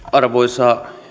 arvoisa